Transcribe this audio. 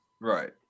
right